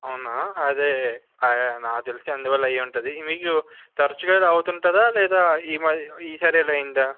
అవునా అదే నాకు తెలిసి అందువల్లే అయి ఉంటుంది మీకు తరుచుగా ఇలా అవుతుంటుందా లేదా ఈ మ ఈసారే ఇలా అయిందా